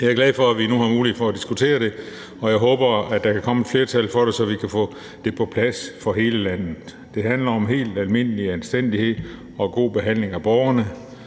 Jeg er glad for, at vi nu har mulighed for at diskutere det, og jeg håber, at der kan komme et flertal for det, så vi kan få det på plads for hele landet. Det handler om helt almindelig anstændighed og god behandling af borgerne,